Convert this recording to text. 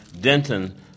Denton